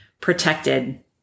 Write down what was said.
protected